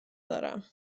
دارم